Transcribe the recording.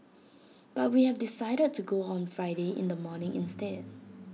but we have decided to go on Friday in the morning instead